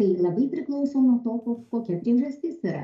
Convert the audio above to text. tai labai priklauso nuo to ko kokia priežastis yra